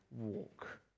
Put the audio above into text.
walk